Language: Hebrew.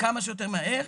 כמה שיותר מהר.